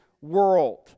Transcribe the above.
world